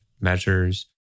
measures